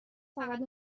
فقط